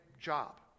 job